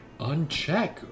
Uncheck